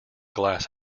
glass